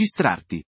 registrarti